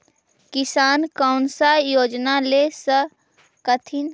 किसान कोन सा योजना ले स कथीन?